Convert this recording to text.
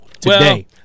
today